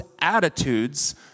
attitudes